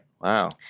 Wow